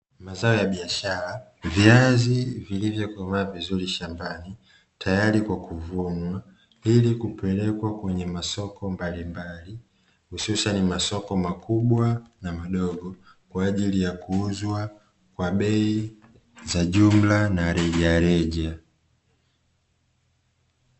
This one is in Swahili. Mazao ya biashara viazi vilivyokomaa vizuri shambani tayari kwa kuvunwa ili kupelekwa kwenye masoko mbalimbali hususani masoko makubwa na madogo, kwa ajili ya kuuzwa kwa bei za jumla na rejareja.